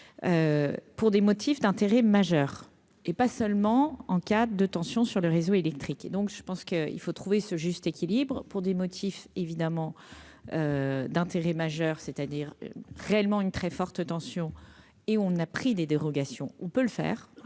pour des motifs d'intérêt majeur et pas seulement en cas de tension sur le réseau électrique, et donc je pense qu'il faut trouver ce juste équilibre pour des motifs évidemment d'intérêt majeur, c'est-à-dire réellement une très forte tension et on a pris des dérogations, on peut le faire,